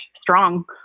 strong